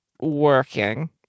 working